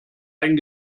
ein